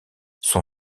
son